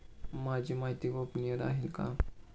माझी माहिती गोपनीय राहील का?